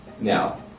Now